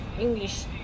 English